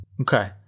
Okay